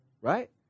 right